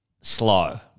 slow